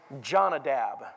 Jonadab